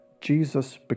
Jesus